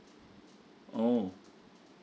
oo